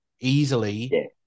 easily